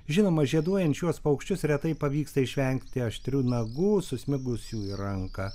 žinoma žieduojant šiuos paukščius retai pavyksta išvengti aštrių nagų susmigusių į ranką